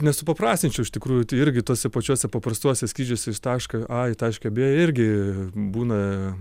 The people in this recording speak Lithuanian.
nesupaprastinčiau iš tikrųjų tai irgi tuose pačiuose paprastuose skrydžiuose iš taško a į tašką b irgi būna